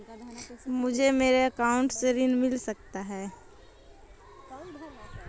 मुझे मेरे अकाउंट से ऋण मिल सकता है?